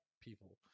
people